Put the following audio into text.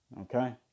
Okay